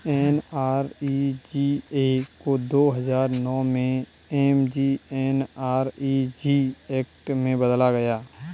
NREGA को दो हजार नौ में एम.जी.एन.आर.इ.जी एक्ट में बदला गया